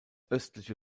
östliche